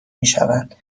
میشوند